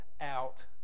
out